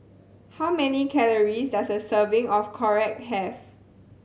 how many calories does a serving of Korokke have